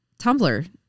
Tumblr